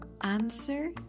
answer